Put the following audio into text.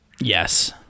Yes